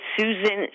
Susan